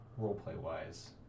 roleplay-wise